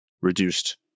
reduced